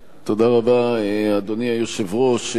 תודה רבה, אדוני היושב-ראש.